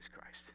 Christ